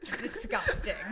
disgusting